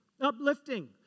uplifting